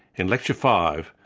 in lecture five,